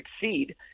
succeed